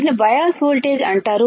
వీటిని bias voltage అంటారు